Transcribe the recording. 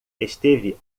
esteve